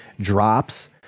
drops